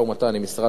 עם משרד האוצר,